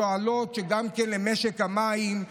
התועלות גם למשק המים,